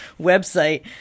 website